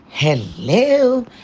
hello